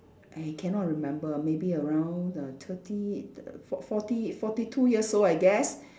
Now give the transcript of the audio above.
I cannot remember maybe around the thirty the for~ forty forty two years old I guess